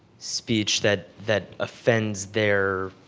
speech that that offends their,